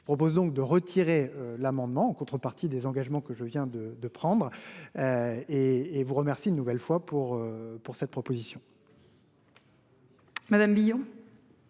Je vous propose donc de retirer l'amendement en contrepartie des engagements que je viens de de prendre. Et et vous remercie une nouvelle fois pour pour cette proposition.